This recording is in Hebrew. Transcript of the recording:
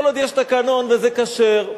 כל עוד יש תקנון וזה כשר,